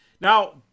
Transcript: Now